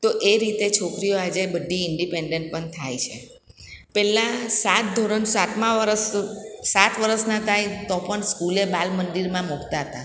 તો એ રીતે છોકરીઓ આજે બધી ઇન્ડિપેન્ડન્ટ પણ થાય છે પહેલાં સાત ધોરણ સાતમા વર્ષ સાત વર્ષનાં થાય તો પણ સ્કૂલે બાલમંદિરમાં મુકતા હતા